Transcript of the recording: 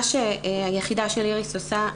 מה שהיחידה של איריס עושה,